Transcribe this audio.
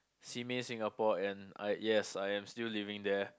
Simei Singapore and I yes I am still living there